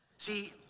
See